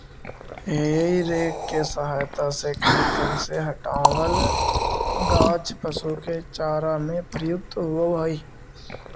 हेइ rake के सहायता से खेत से हँटावल गाछ पशु के चारा में प्रयुक्त होवऽ हई